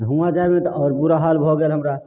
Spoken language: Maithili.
हुआँ जाइमे तऽ आओर बुरा हाल भऽ गेल हमरा